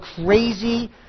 crazy